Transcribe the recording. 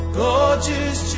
gorgeous